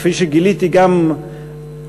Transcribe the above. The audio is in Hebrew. כפי שגיליתי גם,